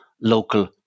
local